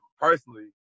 personally